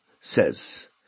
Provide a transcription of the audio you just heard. says